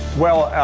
well, er,